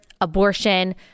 abortion